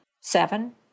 Seven